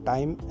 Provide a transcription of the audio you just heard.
Time